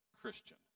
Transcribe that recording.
Christian